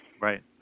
Right